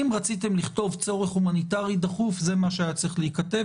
אם רציתם לכתוב "צורך הומניטרי דחוף" אז כך היה צריך להיכתב.